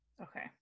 Okay